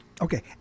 Okay